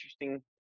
interesting